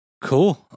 Cool